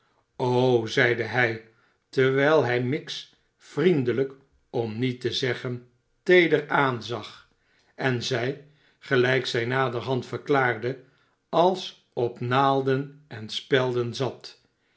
zeide hij terwijl hij miggs vriendelijk om met te zeggen teeder aanzag en zij gelijk zij naderhand yerklaarde als op naalden en spelden zat